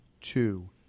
two